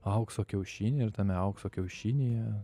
aukso kiaušinį ir tame aukso kiaušinyje